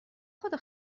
خدا